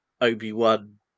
Obi-Wan